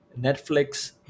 netflix